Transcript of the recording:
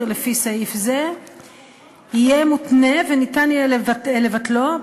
לפי סעיף זה יהיה מותנה וניתן יהיה לבטלו,